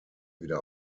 wieder